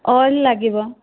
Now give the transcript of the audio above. oil ଲାଗିବ